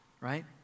right